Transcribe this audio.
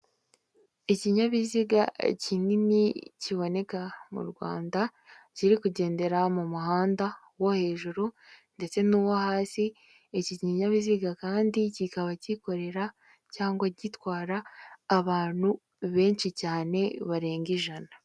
Ikinyabiziga kinini kiboneka mu Rwanda kiri kugendera mu muhanda wo hejuru ndetse n'uwo hasi, iki kinyabiziga kandi kikaba kikorera cyangwa gitwara abantu benshi cyane barenga ijana.